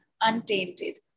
untainted